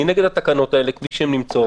אני נגד התקנות האלה, כפי שהן מוצגות.